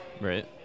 Right